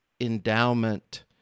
endowment